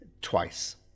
twice